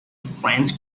french